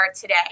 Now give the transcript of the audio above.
today